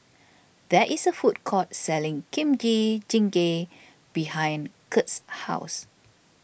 there is a food court selling Kimchi Jjigae behind Curt's house